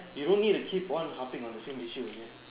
you don't need to keep on harping on the same issue again